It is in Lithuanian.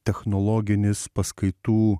technologinis paskaitų